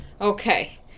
Okay